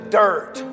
dirt